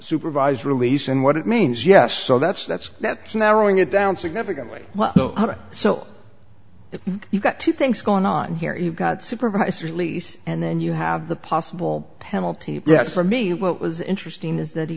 supervised release and what it means yes so that's that's that's narrowing it down significantly so if you got two things going on here you've got supervised release and then you have the possible penalty yes for me what was interesting is that he